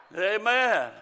Amen